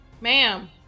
ma'am